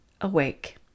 awake